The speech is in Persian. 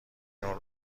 اون